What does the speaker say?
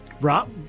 Rob